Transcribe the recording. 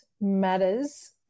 matters